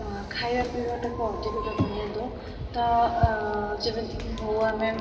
ଖାଇବା ପିଇବାଟାକୁ ଅଧିକ ପ୍ରାଧାନ୍ୟ ଦେଉ ତ ଯେମିତିକି ହଉ ଆମେ